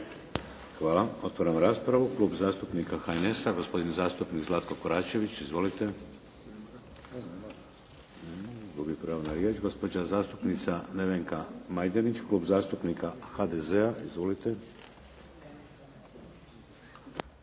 Hvala. Otvaram raspravu. Klub zastupnika HNS-a gospodin zastupnik Zlatko Koračević. Izvolite. Nema ga. Gubi pravo na riječ. Gospođa zastupnica Nevenka Majdenić Klub zastupnika HDZ-a. Izvolite.